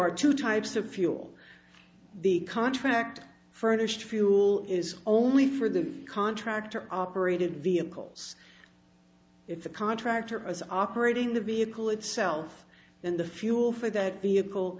are two types of fuel the contract furnished fuel is only for the contractor operated vehicles if the contractor is operating the vehicle itself and the fuel for that vehicle